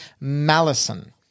Malison